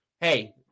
hey